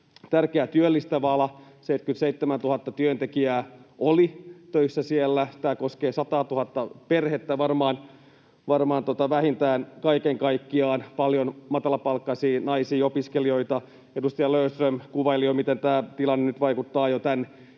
tärkeä työllistävä ala, 77 000 työntekijää oli töissä siellä — tämä koskee varmaan vähintään 100 000 perhettä kaiken kaikkiaan — paljon matalapalkkaisia naisia ja opiskelijoita. Edustaja Löfström kuvaili jo, miten tämä tilanne nyt vaikuttaa jo tämän